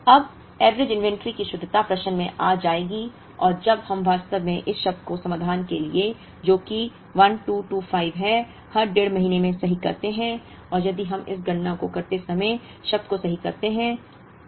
लेकिन तब औसत इन्वेंट्री की शुद्धता प्रश्न में आ जाएगी और जब हम वास्तव में इस शब्द को समाधान के लिए जो कि 1225 है हर डेढ़ महीने में सही करते हैं और यदि हम इस गणना को करते समय शब्द को सही करते हैं